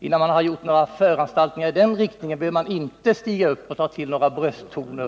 Innan man har gjort några föranstaltningar i den riktningen bör man inte stiga upp och ta till några brösttoner.